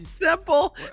Simple